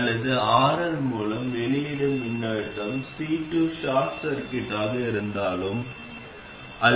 இப்போது இது மீண்டும் மிகவும் பரிச்சயமானதாகத் தெரிகிறது அதன் வெளியீட்டு பகுதி நீங்கள் பொதுவான மூல பெருக்கியில் இருந்ததைப் போலவே உள்ளது